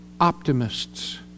Optimists